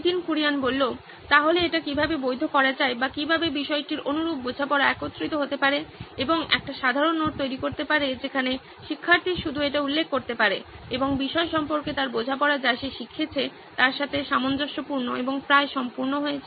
নীতিন কুরিয়ান তাহলে এটা কিভাবে বৈধ করা যায় বা কিভাবে বিষয়টির অনুরূপ বোঝাপড়া একত্রিত হতে পারে এবং একটি সাধারণ নোট তৈরি করতে পারে যেখানে শিক্ষার্থী শুধু এটি উল্লেখ করতে পারে এবং বিষয় সম্পর্কে তার বোঝাপড়া যা সে শিখেছে তার সাথে সামঞ্জস্যপূর্ণ এবং প্রায় সম্পূর্ণ হয়েছে